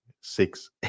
six